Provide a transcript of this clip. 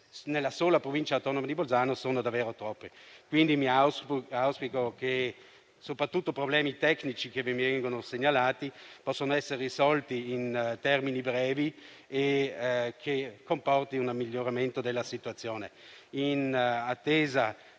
nella sola Provincia autonoma di Bolzano: sono davvero troppe. Quindi auspico che, soprattutto i problemi tecnici che mi vengono segnalati possano essere risolti in tempi brevi e che ciò comporti un miglioramento della situazione. In attesa